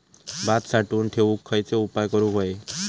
भात साठवून ठेवूक खयचे उपाय करूक व्हये?